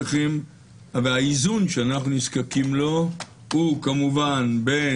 והאיזון שאנו נזקקים לו הוא כמובן בין